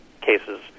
cases